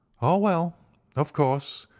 oh, well of course,